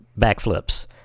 backflips